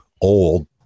old